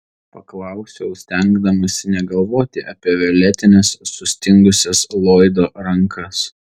paklausiau stengdamasi negalvoti apie violetines sustingusias loydo rankas